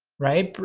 right?